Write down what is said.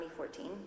2014